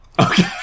Okay